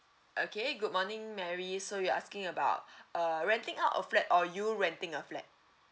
okay good morning mary so you asking about uh renting out a flat or you renting a flat